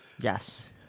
yes